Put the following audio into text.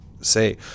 say